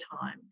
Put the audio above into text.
time